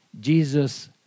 Jesus